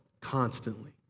Constantly